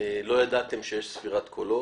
לא ידעתם שיש ספירת קולות.